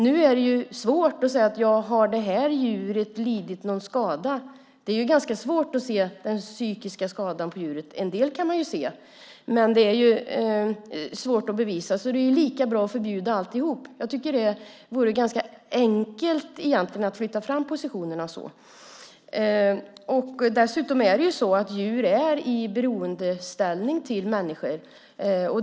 Nu är det svårt att avgöra om ett djur har lidit någon skada. Det är ganska svårt att se den psykiska skadan på djuret. En del kan man se, men det är svårt att bevisa. Därför är det lika bra att förbjuda alltihop. Jag tycker att det egentligen vore ganska enkelt att flytta fram positionerna så. Dessutom är djur i beroendeställning till människor.